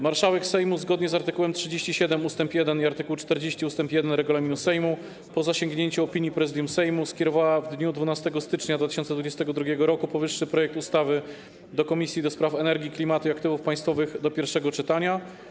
Marszałek Sejmu, zgodnie z art. 37 ust. 1 i art. 40 ust. 1 regulaminu Sejmu, po zasięgnięciu opinii Prezydium Sejmu, skierowała w dniu 12 stycznia 2022 r. powyższy projekt ustawy do Komisji do Spraw Energii, Klimatu i Aktywów Państwowych do pierwszego czytania.